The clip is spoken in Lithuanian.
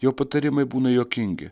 jo patarimai būna juokingi